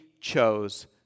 chose